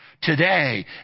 today